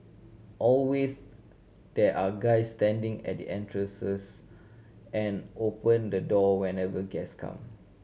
always there are guys standing at the entrance and open the door whenever guest come